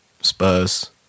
Spurs